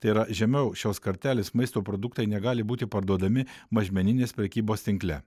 tai yra žemiau šios kartelės maisto produktai negali būti parduodami mažmeninės prekybos tinkle